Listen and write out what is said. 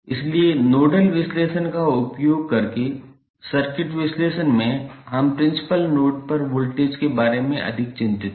इसलिए नोडल विश्लेषण का उपयोग करके सर्किट विश्लेषण में हम प्रिंसिपल नोड पर वोल्टेज के बारे में अधिक चिंतित हैं